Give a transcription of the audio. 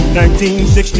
1960